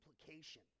implication